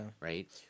right